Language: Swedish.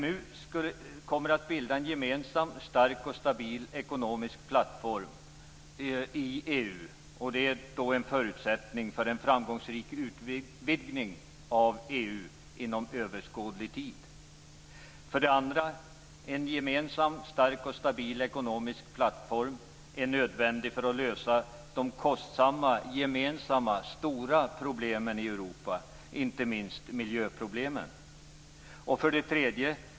EMU kommer att bilda en gemensam, stark och stabil ekonomisk plattform i EU, och det är en förutsättning för en framgångsrik utvidgning av EU inom överskådlig tid. 2. En gemensam, stark och stabil ekonomisk plattform är nödvändig för att lösa de stora och kostsamma gemensamma problemen i Europa, inte minst miljöproblemen. 3.